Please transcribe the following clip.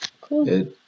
Cool